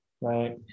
right